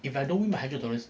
if I don't win my hundred dollars